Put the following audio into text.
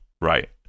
right